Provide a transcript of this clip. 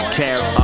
care